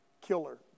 killer